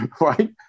right